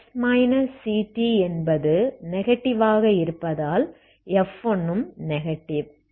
x ct என்பது negative ஆக இருப்பதால் f1 ம் நெகடிவ்